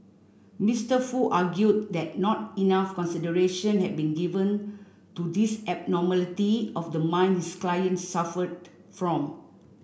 Mister Foo argued that not enough consideration had been given to this abnormality of the mind his client suffered from